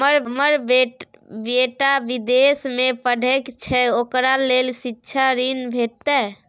हमर बेटा विदेश में पढै छै ओकरा ले शिक्षा ऋण भेटतै?